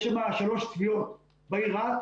יש שם שלוש תביעות בעיר רהט